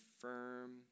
firm